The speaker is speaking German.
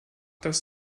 das